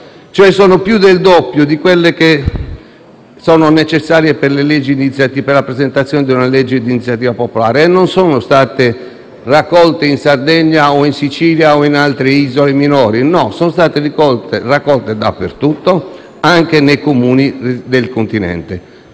firme sono più del doppio di quelle necessarie per la presentazione dei disegni di legge di iniziativa popolare e non sono state raccolte in Sardegna, Sicilia o in altre isole minori. No: sono state raccolte dappertutto, anche nei Comuni del continente,